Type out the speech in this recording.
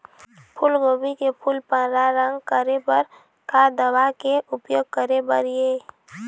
फूलगोभी के फूल पर्रा रंग करे बर का दवा के उपयोग करे बर ये?